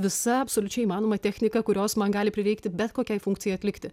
visa absoliučiai įmanoma technika kurios man gali prireikti bet kokiai funkcijai atlikti